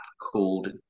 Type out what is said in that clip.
called